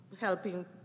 helping